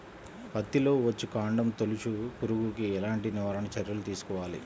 పత్తిలో వచ్చుకాండం తొలుచు పురుగుకి ఎలాంటి నివారణ చర్యలు తీసుకోవాలి?